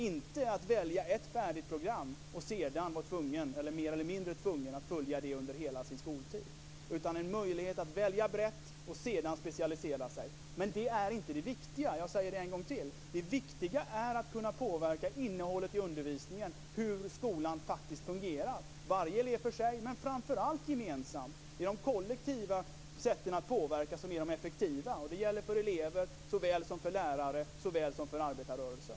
Inte att välja ett färdigt program och sedan vara mer eller mindre tvungen att följa det under hela sin skoltid. Det skall finnas en möjlighet att välja brett och sedan specialisera sig. Men det är inte det viktiga. Jag vill än en gång säga det. Det viktiga är att kunna påverka innehållet i undervisningen och hur skolan faktiskt fungerar, varje elev för sig men framför allt gemensamt. Det är de kollektiva sätten att påverka som är de effektiva. Det gäller såväl för elever, för lärare som för arbetarrörelsen.